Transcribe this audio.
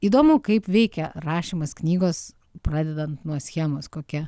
įdomu kaip veikia rašymas knygos pradedant nuo schemos kokia